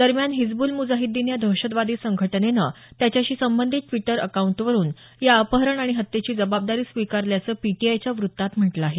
दरम्यान हिजब्ल मुजाहीद्दीन या दहशतवादी संघटनेनं त्याच्याशी संबंधित द्विटर अकाउंटवरुन या अपहरण आणि हत्येची जबाबदारी स्वीकारल्याचं पीटीआयच्या वृत्तात म्हटलं आहे